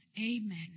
Amen